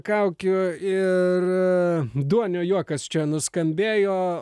kaukių ir duonio juokas čia nuskambėjo